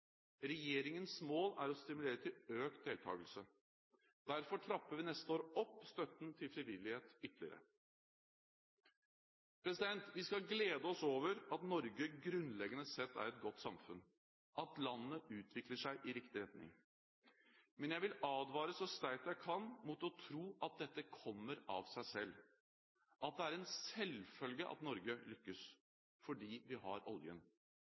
Regjeringens mål er å stimulere til økt deltakelse. Derfor trapper vi neste år opp støtten til frivillighet ytterligere. Vi skal glede oss over at Norge grunnleggende sett er et godt samfunn, og at landet utvikler seg i riktig retning. Men jeg vil advare så sterkt jeg kan mot å tro at dette kommer av seg selv, at det er en selvfølge at Norge lykkes – fordi vi har oljen.